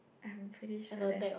I'm pretty sure there's